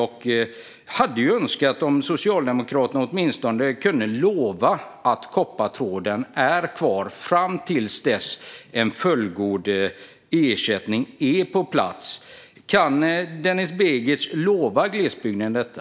Jag hade önskat att Socialdemokraterna åtminstone kunde lova att koppartråden blir kvar fram till dess att en fullgod ersättning är på plats. Kan Denis Begic lova glesbygden detta?